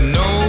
no